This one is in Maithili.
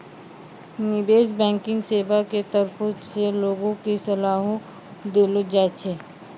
निबेश बैंकिग सेबा के तरफो से लोगो के सलाहो देलो जाय छै